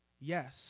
yes